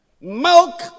milk